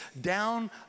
down